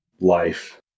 life